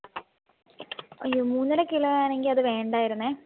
അയ്യോ മൂന്നര കിലോ ആണെങ്കിൽ അത് വേണ്ടായിരുന്നെ